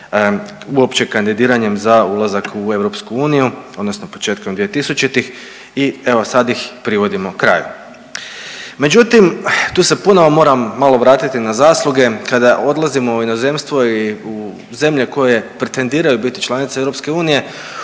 uopće kandidiranjem za ulazak u EU odnosno početkom 2000. I evo sad ih privodimo kraju. Međutim, tu se ponovno moram malo vratiti na zasluge kada odlazimo u inozemstvo i u zemlje koje pretendiraju biti članice EU